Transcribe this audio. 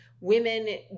Women